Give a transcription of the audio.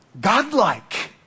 godlike